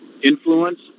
influence